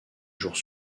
jours